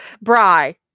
Bry